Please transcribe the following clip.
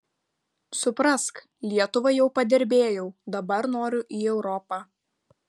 suprask lietuvai jau padirbėjau dabar noriu į europą